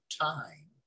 time